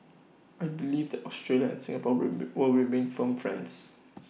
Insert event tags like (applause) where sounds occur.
I believe that Australia and Singapore will (unintelligible) will remain firm friends